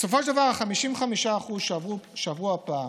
בסופו של דבר, 55% עברו הפעם.